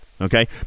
Okay